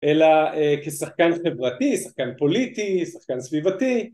אלא כשחקן חברתי, שחקן פוליטי, שחקן סביבתי